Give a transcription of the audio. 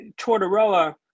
Tortorella